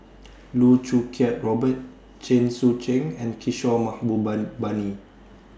Loh Choo Kiat Robert Chen Sucheng and Kishore